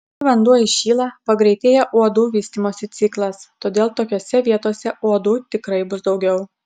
kai vanduo įšyla pagreitėja uodų vystymosi ciklas todėl tokiose vietose uodų tikrai bus daugiau